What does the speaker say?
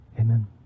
Amen